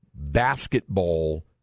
basketball